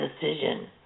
decision